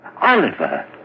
Oliver